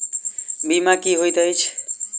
बीमा की होइत छी?